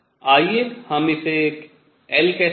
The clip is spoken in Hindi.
आइए हम इसे L कहते हैं